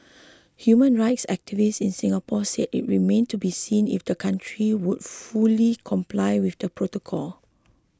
human rights activists in Singapore said it remained to be seen if the country would fully comply with the protocol